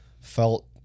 felt